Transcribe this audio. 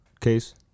case